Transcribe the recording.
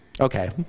Okay